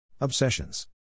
Obsessions